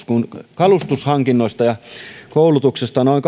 kalustushankinnoista ja koulutuksesta noin